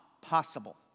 possible